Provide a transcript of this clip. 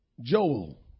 Joel